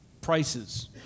prices